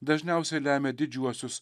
dažniausiai lemia didžiuosius